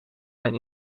mijn